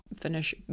finish